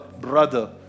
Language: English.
brother